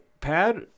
Pad